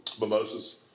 mimosas